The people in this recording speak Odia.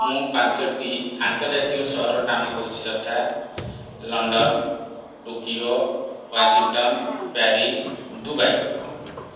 ମୁଁ ପାଞ୍ଚୋଟି ଆନ୍ତର୍ଜାତିକ ସହରର ନାମ କହୁଛି ଯଥା London Tokyo Washington Paris Dubai